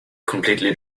completely